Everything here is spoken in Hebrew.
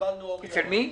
אצל מי?